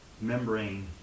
membrane